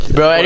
Bro